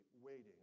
waiting